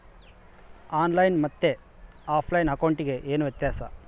On line ಮತ್ತೆ offline ಅಕೌಂಟಿಗೆ ಏನು ವ್ಯತ್ಯಾಸ?